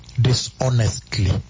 dishonestly